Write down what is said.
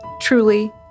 truly